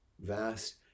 vast